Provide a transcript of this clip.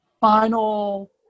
final